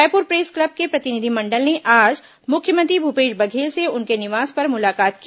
Raipur press club के प्रतिनिधिमंडल ने आज मुख्यमंत्री भूपेश बघेल से उनके निवास पर मुलाकात की